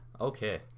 Okay